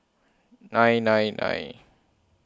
nine nine nine